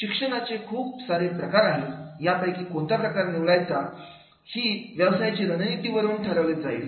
शिक्षणाचे खूप सारे प्रकार आहे यापैकी कोणता प्रकार निवडायचा ही व्यवसायाची रणनीती वरून ठरवली जाईल